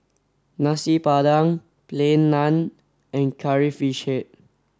Nasi Padang Plain Naan and curry fish head